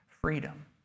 freedom